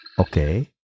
Okay